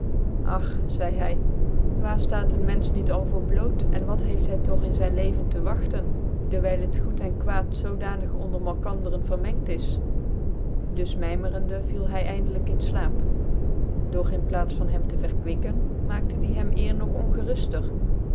ach zcidc hy waar laat een menfeh niet al voor bloot cn wat heelt hy dog in fc n leven tc wngtcnï dcwyl het gord cn kwaad zodanig ondcrnulkandcren vcrmenet is dus mymcrende viel hy cindelvk in flaap dog in plaats van hom tc verkwikken maakte die hem eer nog ongerufler